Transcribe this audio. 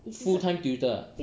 full time tutor ah